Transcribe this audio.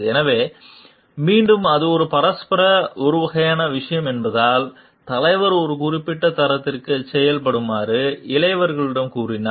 எனவே மீண்டும் அது ஒரு பரஸ்பரம் ஒரு வகையான விஷயம் என்பதால் தலைவர் ஒரு குறிப்பிட்ட தரத்திற்குச் செயல்படுமாறு இளையவரிடம் கூறினால்